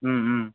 ம் ம்